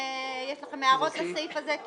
יש לכם הערות לסעיף 96 בעמוד 49?